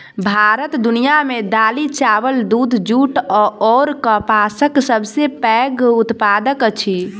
भारत दुनिया मे दालि, चाबल, दूध, जूट अऔर कपासक सबसे पैघ उत्पादक अछि